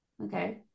Okay